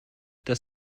das